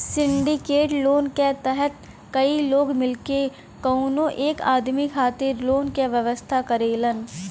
syndicate loan क तहत कई लोग मिलके कउनो एक आदमी खातिर लोन क व्यवस्था करेलन